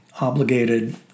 obligated